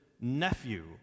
nephew